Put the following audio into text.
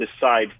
decide